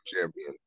champion